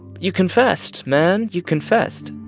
you confessed, man. you confessed